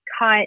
cut